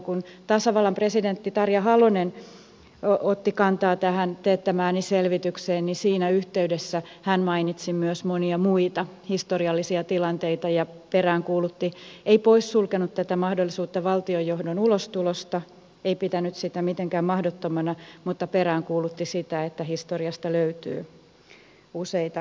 kun tasavallan presidentti tarja halonen otti kantaa tähän teettämääni selvitykseen siinä yhteydessä hän mainitsi myös monia muita historiallisia tilanteita ja peräänkuulutti ei poissulkenut tätä mahdollisuutta valtiojohdon ulostulosta ei pitänyt sitä mitenkään mahdottomana mutta peräänkuulutti sitä että historiasta löytyy useita vääryyksiä